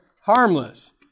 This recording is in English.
harmless